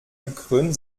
gekrönt